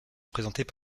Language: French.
représentées